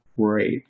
great